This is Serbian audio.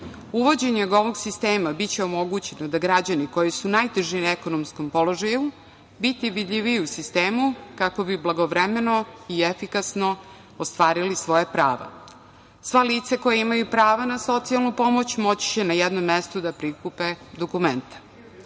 ovog sistema biće omogućeno da će građani koji su u najtežem ekonomskom položaju biti vidljiviji u sistemu, kako bi blagovremeno i efikasno ostvarili svoja prava. Sva lica koja imaju pravo na socijalnu pomoć moći će na jednom mestu da prikupe dokumenta. Podaci